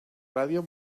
ràdio